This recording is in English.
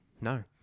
No